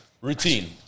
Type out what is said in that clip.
routine